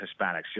Hispanics